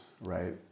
right